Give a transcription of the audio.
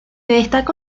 destacó